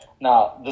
Now